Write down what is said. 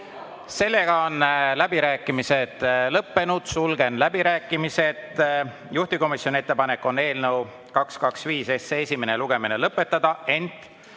Sellega on läbirääkimised lõppenud, sulgen läbirääkimised. Juhtivkomisjoni ettepanek on eelnõu 225 esimene lugemine lõpetada, ent